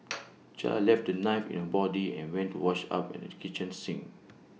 char left the knife in her body and went to wash up at the kitchen sink